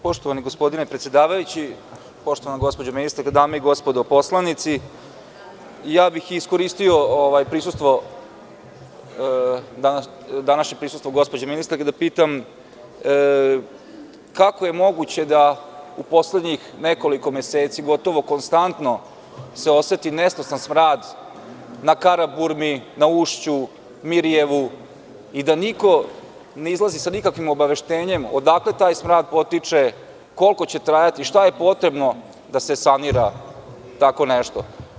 Poštovani gospodine predsedavajući, poštovana gospođo ministarka, dame i gospodo poslanici, iskoristio bih današnje prisustvo gospođe ministarke da pitam kako je moguće da u poslednjih nekoliko meseci gotovo konstantno se oseti nesnosan smrad na Karaburmi, na Ušću, Mirijevu i da niko ne izlazi sa nikakvim obaveštenjem odakle taj smrad potiče, koliko će trajati, šta je potrebno da se sanira tako nešto?